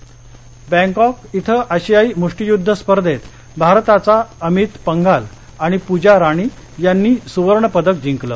क्रिडा बँकॉक इथं आशियाई मुष्टियुद्ध स्पर्धेत भारताचा अमित पंघाल आणि पूजा रानी यांनी सुवर्णपदक जिंकलं